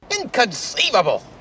Inconceivable